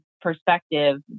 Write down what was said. perspective